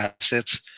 assets